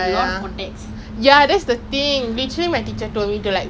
no lah but I'm pretty sure you can meet a lot of celebrity and stuff